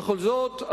בכל זאת,